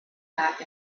back